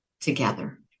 together